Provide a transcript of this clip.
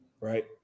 right